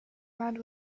man